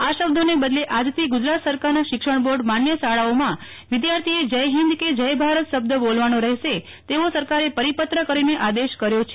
આ શબ્દોને બદલે આજથી ગુજરાત સરકારના શિક્ષણ બોર્ડ માન્ય શાળાઓમાં વિદ્યાર્થીએ જય હિંદ કે જય ભારત શબ્દ બોલવાનો રહેશે તેવો સરકારે પરિપત્ર કરીને આદેશ કર્યો છે